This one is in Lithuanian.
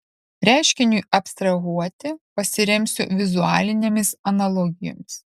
reiškiniui abstrahuoti pasiremsiu vizualinėmis analogijomis